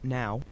now